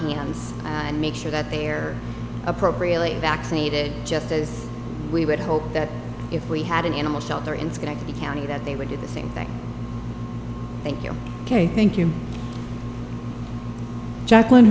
hands and make sure that they are appropriately vaccinated just as we would hope that if we had an animal shelter in schenectady county that they would do the same thing thank you ok thank you jacqueline